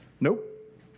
Nope